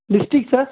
district sir